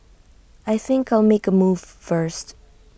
I think I'll make A move first